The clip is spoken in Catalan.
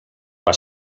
has